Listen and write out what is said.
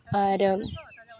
ᱟᱨ